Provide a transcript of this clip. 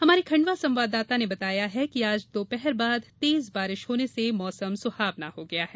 हमारे खंडवा संवाददाता ने बताया है कि आज दोपहर बाद तेज बारिश होने से मौसम सुहावना हो गया है